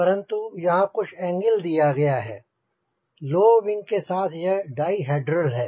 परंतु यहांँ कुछ एंगल दिया गया है लो विंग के साथ यह डाईहेड्रल है